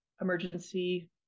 emergency